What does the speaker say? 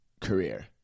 career